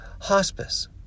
hospice